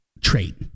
trait